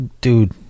Dude